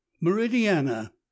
MERIDIANA